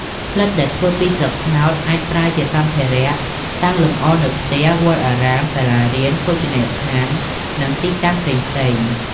ផ្លិតដែលធ្វើពីស្លឹកត្នោតអាចប្រើជាសម្ភារៈតាំងលម្អនៅផ្ទះ វត្តអារាម សាលារៀន ភោជនីយដ្ឋាន និងទីតាំងផ្សេងៗ។